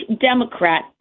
Democrat